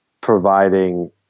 providing